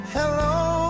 hello